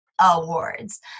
awards